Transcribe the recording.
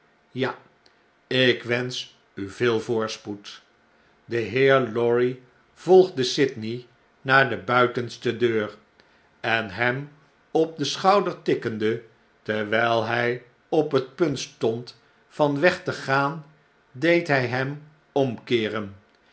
ja lk wensch u veel voorspoed i de heer lorry volgde sydney naar de buitenste deur en hem op den schouder tikkende terwn'l hjj op het punt stond van wegtegaan deed mj hem omkeeren